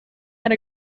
and